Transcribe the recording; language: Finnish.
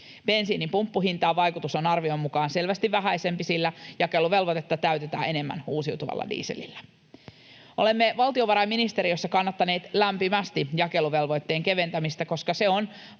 Bensiinin pumppuhintaan vaikutus on arvion mukaan selvästi vähäisempi, sillä jakeluvelvoitetta täytetään enemmän uusiutuvalla dieselillä. Olemme valtiovarainministeriössä kannattaneet lämpimästi jakeluvelvoitteen keventämistä, koska se on